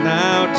now